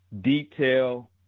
detail